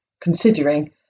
considering